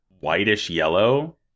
whitish-yellow